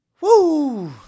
Woo